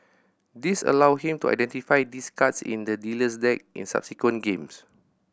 this allowed him to identify these cards in the dealer's deck in subsequent games